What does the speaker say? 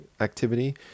activity